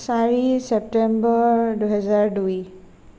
চাৰি ছেপ্তেম্বৰ দুহেজাৰ দুই